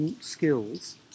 skills